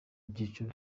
byiciro